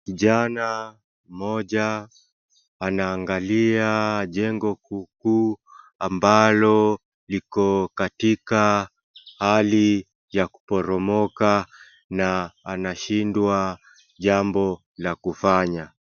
Kijana mmoja anaangalia jengo kukuu ambalo liko katika hali ya kuporomoka na anashindwa jambo la kufanya.